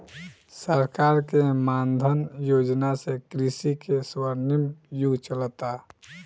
सरकार के मान धन योजना से कृषि के स्वर्णिम युग चलता